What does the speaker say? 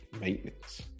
Maintenance